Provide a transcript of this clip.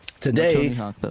Today